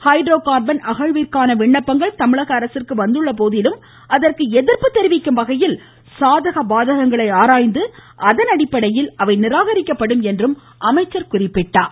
hydro carbon அகழ்விற்கான விண்ணப்பங்கள் தமிழக அரசிற்கு வந்துள்ள போதிலும் அதற்கு எதிர்ப்பு தெரிவிக்கும் வகையில் சாதக பாதகங்களை ஆராய்ந்து அதன் அடிப்படையில் அவை நிராகரிக்கப்படும் என்றும் குறிப்பிட்டார்